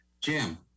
Jim